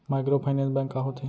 Microfinance bank का होथे?